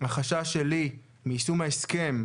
החשש שלי מיישום ההסכם,